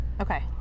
Okay